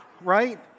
right